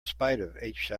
spite